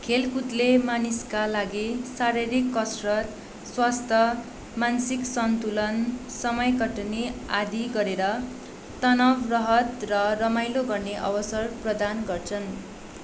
खेलकुदले मानिसका लागि शारीरिक कसरत स्वास्थ्य मानसिक सन्तुलन समय कटनी आदि गरेर तनाब राहत र रमाइलो गर्ने अवसर प्रदान गर्छन्